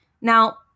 Now